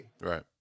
Right